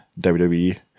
WWE